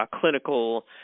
clinical